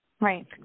right